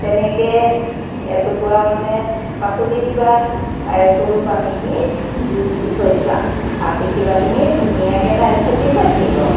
তেনেকৈ এটুকুৰা মানে পাচলি দিবা আৰু চৰু পানী দি জুই দি থৈ দিবা আৰু দেখিবা তুমি ধুনীয়াকৈ দাইল ভাজি হৈ থাকিব আৰু